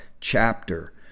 chapter